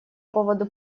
поводу